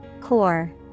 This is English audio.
Core